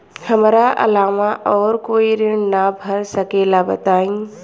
हमरा अलावा और कोई ऋण ना भर सकेला बताई?